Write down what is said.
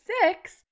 six